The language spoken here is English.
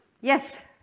Yes